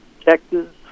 Texas